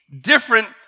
different